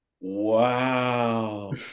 Wow